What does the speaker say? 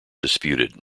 disputed